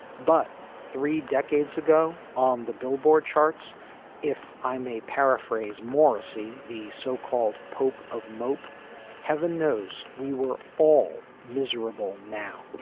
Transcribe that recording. but three decades ago on the billboard charts if i may paraphrase morrissey the so-called pope of mope heaven knows we were all miserable now